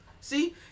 See